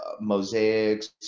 mosaics